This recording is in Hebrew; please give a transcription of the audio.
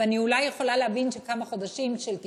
ואני אולי יכולה להבין כמה חודשים של תכנון.